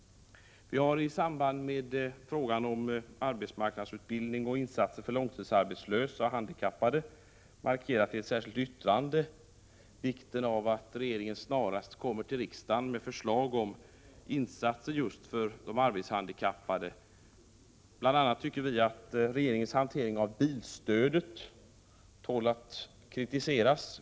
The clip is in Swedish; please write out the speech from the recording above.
ER a SR EIN Vi har i samband med frågan om arbetsmarknadsutbildning och insatser för långtidsarbetslösa och handikappade markerat i ett särskilt yttrande vikten av att regeringen snarast kommer till riksdagen med förslag om insatser just för de arbetshandikappade. Bl.a. tycker vi att regeringens hantering av bilstödet tål att kritiseras.